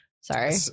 Sorry